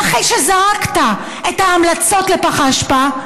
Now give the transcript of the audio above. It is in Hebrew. ואחרי שזרקת את ההמלצות לפח האשפה,